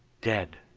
dead.